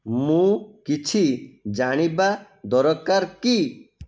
ମୁଁ କିଛି ଜାଣିବା ଦରକାର କି